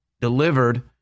delivered